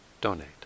donate